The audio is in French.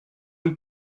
nous